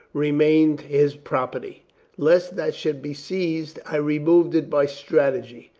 remained his prop erty. lest that should be seized i removed it by strategy.